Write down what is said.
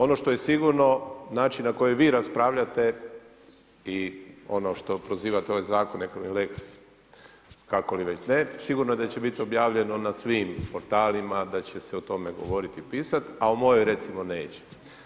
Ono što je sigurno, način na koji vi raspravljate i ono što prozivate ove zakone lex kako li već ne, sigurno daće biti objavljeno na svim portalima, da će se o tome govoriti, pisati, a o mojoj recimo neće.